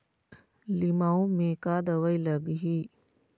लिमाऊ मे का दवई लागिही?